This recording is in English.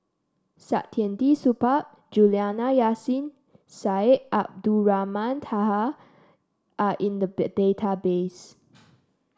Saktiandi Supaat Juliana Yasin Syed Abdulrahman Taha are in the database